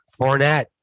Fournette